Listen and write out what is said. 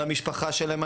על המשפחה שלהם,